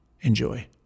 Enjoy